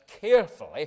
carefully